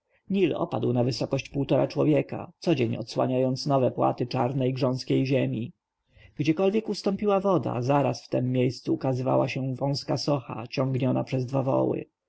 opadł na wysokość półtora człowieka codzień odsłaniając nowe płaty czarnej grząskiej ziemi gdziekolwiek ustąpiła woda zaraz w tem miejscu ukazywała się wąska socha ciągniona przez dwa woły